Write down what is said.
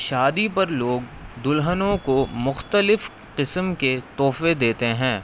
شادی پر لوگ دلہنوں کو مختلف قسم کے تحفے دیتے ہیں